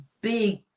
big